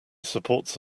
supports